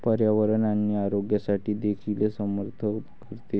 पर्यावरण आणि आरोग्यासाठी देखील समर्थन करते